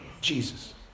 Jesus